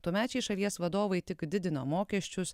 tuomečiai šalies vadovai tik didino mokesčius